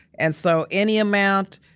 and so any amount,